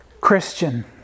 Christian